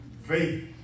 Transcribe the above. faith